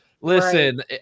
Listen